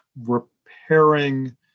repairing